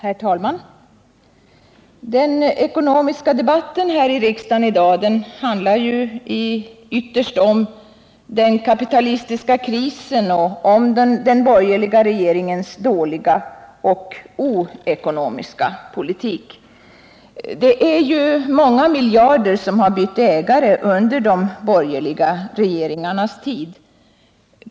Herr talman! Den ekonomiska debatten i riksdagen i dag handlar ytterst om den kapitalistiska krisen och om den borgerliga regeringens dåliga och oekonomiska politik. Det är ju många miljarder som bytt ägare under de borgerliga regeringarnas tid.